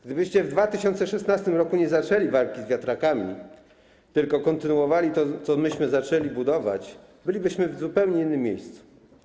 Gdybyście w 2016 r. nie zaczęli walki z wiatrakami, tylko kontynuowali to, co my zaczęliśmy budować, bylibyśmy w zupełnie innym miejscu.